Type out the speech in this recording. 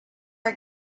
are